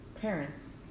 parents